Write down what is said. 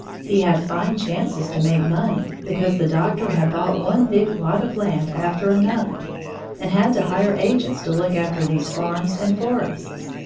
he had fine chances to make money because the doctor had bought one big lot of land after another and had to hire agents to look after these farms and forests.